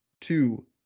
two